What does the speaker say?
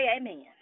amen